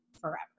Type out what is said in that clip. forever